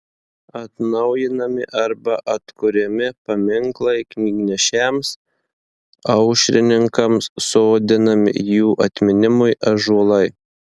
atnaujinami arba atkuriami paminklai knygnešiams aušrininkams sodinami jų atminimui ąžuolai